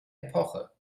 epoche